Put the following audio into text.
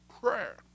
prayer